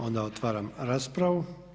Onda otvaram raspravu.